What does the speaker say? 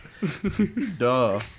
Duh